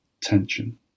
tension